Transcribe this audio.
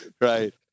Right